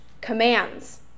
commands